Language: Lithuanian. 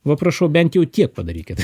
va prašau bent jau tiek padarykit